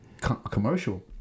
commercial